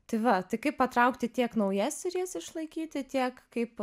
tai va tik kaip patraukti tiek naujas ir jas išlaikyti tiek kaip